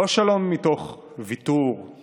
לא שלום מתוך ויתורים,